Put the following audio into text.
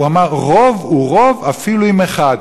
הוא אמר: רוב הוא רוב אפילו עִם אחד.